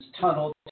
tunnel